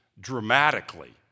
dramatically